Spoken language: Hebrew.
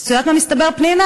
אז את יודעת מה מסתבר, פנינה?